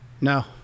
No